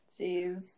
Jeez